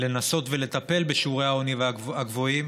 לנסות ולטפל בשיעורי העוני הגבוהים